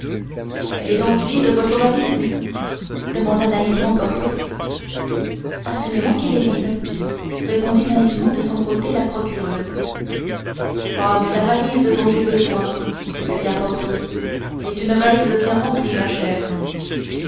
elle est donc vide votre valise demanda naïvement porthos assurément qu'elle est vide répondit naïvement de son côté la procureuse ah mais la valise dont j'ai besoin est une valise bien garnie ma chère